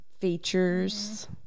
features